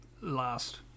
last